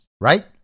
right